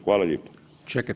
Hvala lijepo.